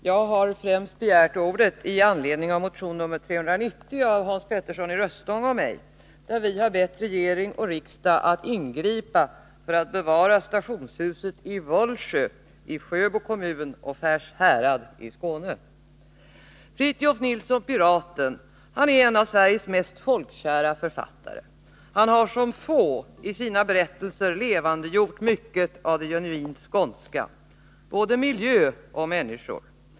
Herr talman! Jag har begärt ordet främst med anledning av motion 390 av Hans Petersson i Röstånga och mig. Vi har där bett regering och riksdag att ingripa för att bevara stationshuset i Vollsjö i Sjöbo kommun och Färs härad i Skåne. Fritiof Nilsson Piraten är en av Sveriges mest folkkära författare. Han har som få i sina berättelser levandegjort mycket av det genuint skånska, både miljö och människor.